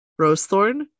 Rosethorn